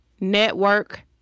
network